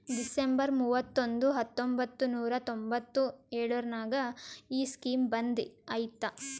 December ಮೂವತೊಂಬತ್ತು ಹತ್ತೊಂಬತ್ತು ನೂರಾ ತೊಂಬತ್ತು ಎಳುರ್ನಾಗ ಈ ಸ್ಕೀಮ್ ಬಂದ್ ಐಯ್ತ